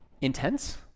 intense